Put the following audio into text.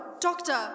Doctor